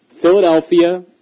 Philadelphia